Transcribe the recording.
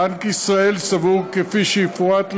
בנק ישראל סבור, כפי שיפורט להלן,